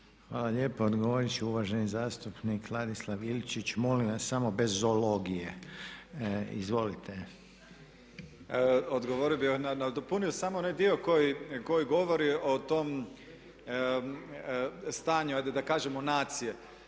Hvala lijepa. Odgovoriti će uvaženi zastupnik Ladislav Ilčić. Molim vas samo bez zoologije. Izvolite. **Ilčić, Ladislav (HRAST)** Odgovorio bih, nadopunio samo onaj dio koji govori o tom stanju ajde da kažemo nacije.